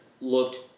looked